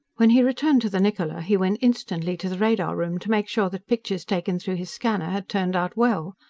when he returned to the niccola, he went instantly to the radar room to make sure that pictures taken through his scanner had turned out well.